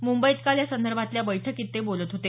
मुंबईत काल यासंदर्भातल्या बैठकीत ते बोलत होते